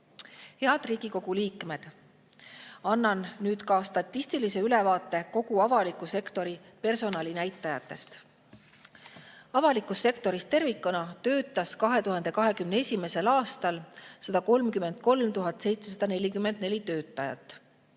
Head Riigikogu liikmed! Annan nüüd statistilise ülevaate kogu avaliku sektori personalinäitajatest. Avalikus sektoris tervikuna töötas 2021. aastal 133 744 töötajat,